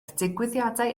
digwyddiadau